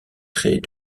traits